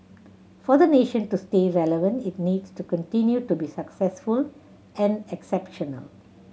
for the nation to stay relevant it needs to continue to be successful and exceptional